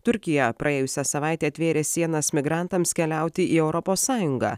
turkija praėjusią savaitę atvėrė sienas migrantams keliauti į europos sąjungą